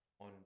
on